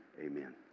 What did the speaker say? Amen